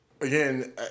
again